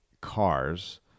cars